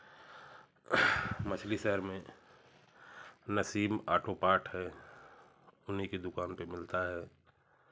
मछली शहर में नसीम ऑटो पार्ट है उन्हीं के दुकान पर मिलता है